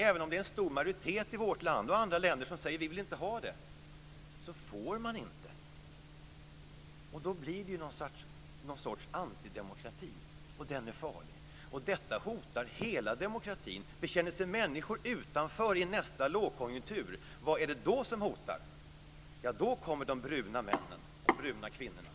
Även om en stor majoritet i vårt land och i andra länder säger att man inte vill ha detta, får dessa länder inte gå före. Då blir det en sorts antidemokrati som är farlig. Detta hotar hela demokratin. Känner sig människor utanför i nästa lågkonjunktur, vad är det då som hotar? Då kommer de bruna männen och de bruna kvinnorna.